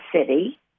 city